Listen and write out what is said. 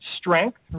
strength